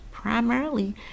primarily